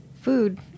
food